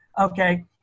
okay